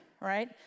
Right